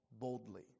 boldly